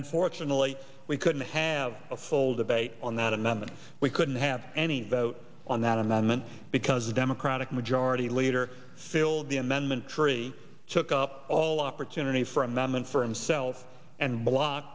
unfortunately we couldn't have a full debate on that amendment we couldn't have any vote on that amendment because a democratic majority leader filled the amendment tree took up all opportunity for a moment for him selfe and block